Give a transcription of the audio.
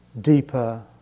deeper